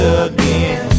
again